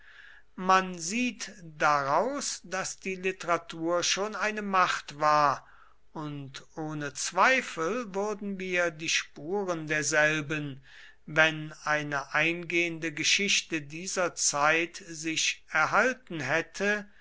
man sieht daraus daß die literatur schon eine macht war und ohne zweifel würden wir die spuren derselben wenn eine eingehende geschichte dieser zeit sich erhalten hätte